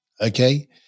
Okay